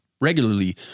regularly